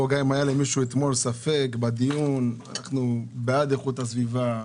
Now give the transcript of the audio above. גם אם היה למישהו אתמול ספק בדיון אנחנו בעד איכות הסביבה,